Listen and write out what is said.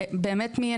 באמת מי יהיה,